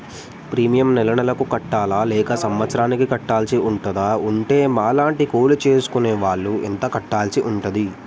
Premium నెల నెలకు కట్టాలా లేక సంవత్సరానికి కట్టాల్సి ఉంటదా? ఉంటే మా లాంటి కూలి చేసుకునే వాళ్లు ఎంత కట్టాల్సి ఉంటది?